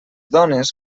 dones